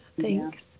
thanks